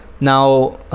now